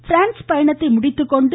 France பயணத்தை முடித்துக்கொண்டு திரு